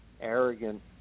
arrogant